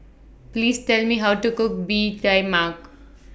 Please Tell Me How to Cook Bee Tai Mak